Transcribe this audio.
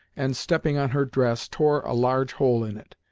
and, stepping on her dress, tore a large hole in it.